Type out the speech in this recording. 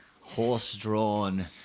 horse-drawn